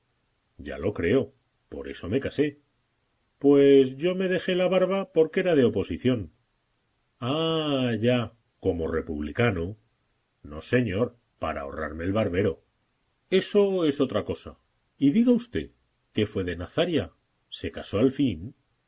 ya lo creo por eso me casé pues yo me dejé la barba porque era de oposición ah ya como republicano no señor para ahorrarme el barbero eso es otra cosa y diga usted qué fue de nazaria se casó al fin